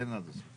תן לי עד הסוף.